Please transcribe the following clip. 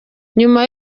nyuma